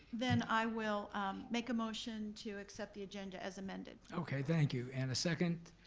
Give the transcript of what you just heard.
then i will make a motion to accept the agenda as amended. okay, thank you, and a second.